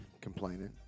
complaining